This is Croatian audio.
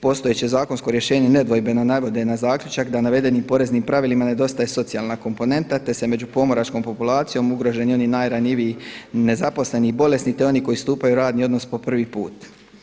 Postojeće zakonsko rješenje nedvojbeno navodi na zaključak da navedenim poreznim pravilima nedostaje socijalna komponenta te su među pomoračkom polpulacijom ugroženi oni najranjiviji nezaposleni i bolesni te oni koji stupaju u radni odnos po prvi put.